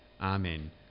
Amen